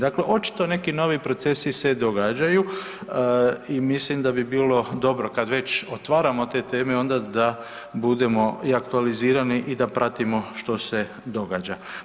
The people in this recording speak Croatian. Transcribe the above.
Dakle, očito neki novi procesi se događaju i mislim da bi bilo dobro kad već otvaramo te teme da onda budemo i aktualizirani i da pratimo što se događa.